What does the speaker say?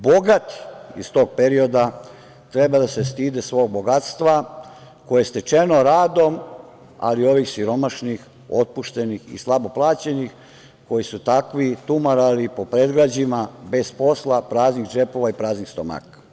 Bogati iz tog perioda treba da se stide svog bogatstva koje je stečeno radom, ali ovih siromašnih, otpuštenih i slabo plaćenih, koji su takvi tumarali po predgrađima bez posla, praznih džepova i praznih stomaka.